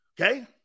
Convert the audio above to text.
Okay